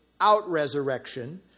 out-resurrection